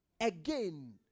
again